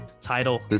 title